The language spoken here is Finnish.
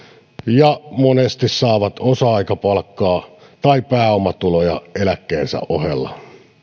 ja monesti saa osa aikapalkkaa tai pääomatuloja eläkkeensä ohella